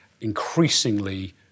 increasingly